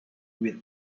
with